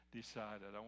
decided